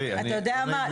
אתה יודע מה?